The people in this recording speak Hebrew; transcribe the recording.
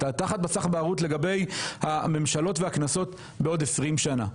אתה תחת מסך בערות לגבי הממשלות והכנסות בעוד 20 שנה,